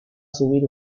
subir